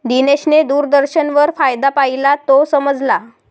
दिनेशने दूरदर्शनवर फायदा पाहिला, तो समजला